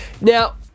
Now